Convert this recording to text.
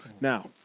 Now